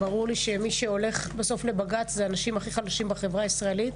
ברור לי שמי שהולך בסוף לבג"ץ זה האנשים הכי חלשים בחברה הישראלית,